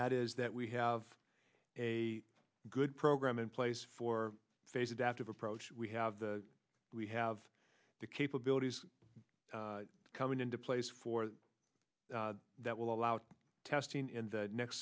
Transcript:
that is that we have a good program in place for phase adaptive approach we have we have the capabilities coming into place for that will allow the testing in the next